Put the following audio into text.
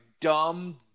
dumb